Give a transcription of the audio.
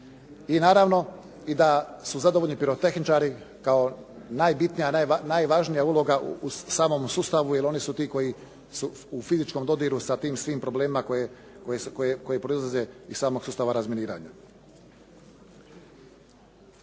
I naravno, i da su zadovoljni pirotehničari kao najbitnija, najvažnija uloga u samom sustavu jer oni su ti koji su u fizičkom dodiru sa tim svim problemima koji proizlaze iz samog sustava razminiranja.